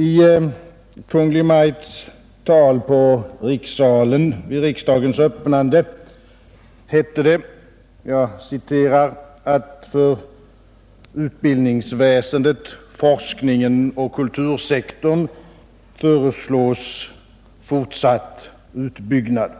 I Kungl. Maj:ts tal på rikssalen vid riksdagens öppnande hette det: ”För utbildningsväsendet, forskningen och kultursektorn föreslås fortsatt utbyggnad.”